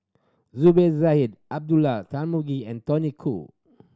Zubir Said Abdullah Tarmugi and Tony Khoo